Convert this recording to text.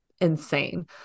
insane